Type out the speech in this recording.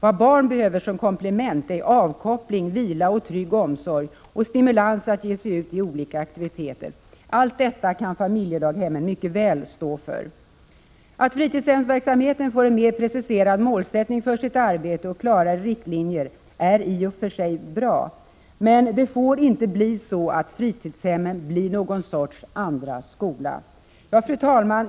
Vad barn behöver som komplement är avkoppling, vila, trygg omsorg och stimulans att ge sig ut i olika aktiviteter. Allt detta kan familjedaghemmen mycket väl stå för. Att fritidshemsverksamheten får en mer preciserad målsättning för sitt arbete och klarare riktlinjer är i och för sig bra. Men det får inte bli så att fritidshemmen blir någon sorts andra skola. Fru talman!